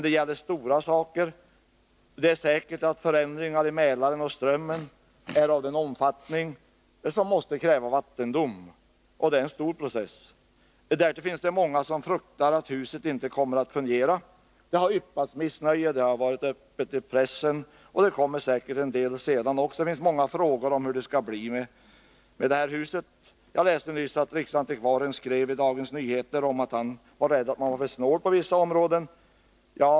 Det torde vara säkert att de förändringar i Mälaren och Strömmen som avses är av en sådan omfattning att det krävs vattendom — och det är en stor process. Därtill finns det många som fruktar att huset inte kommer att fungera. Det har yppats missnöje. Frågan har varit uppe i pressen, och det kommer säkert en del skriverier framöver också. Det finns många frågor om hur det skall bli med detta hus. Jag läste nyss att riksantikvarien i Dagens Nyheter har skrivit att han är rädd att man är för snål på vissa områden.